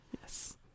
Yes